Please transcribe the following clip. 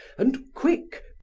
and quick!